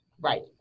Right